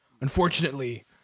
Unfortunately